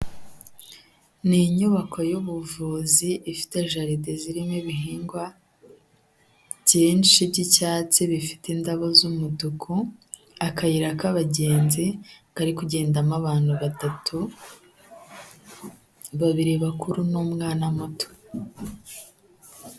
Ni inyubako y'ubuvuzi ifite jaride zirimo ibihingwa byinshi by'icyatsi bifite indabo z'umutuku, akayira k'abagenzi kari kugendamo abantu batatu, babiri bakuru n'umwana muto.